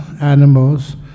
animals